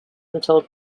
until